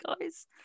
guys